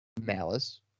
Malice